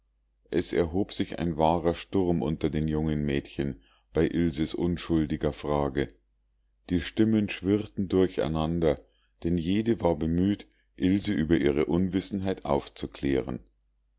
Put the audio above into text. es erhob sich ein wahrer sturm unter den jungen mädchen bei ilses unschuldiger frage die stimmen schwirrten durcheinander denn jede war bemüht ilse über ihre unwissenheit aufzuklären